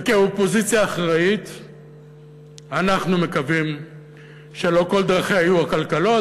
וכאופוזיציה אחראית אנחנו מקווים שלא כל דרכיה יהיו עקלקלות.